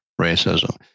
racism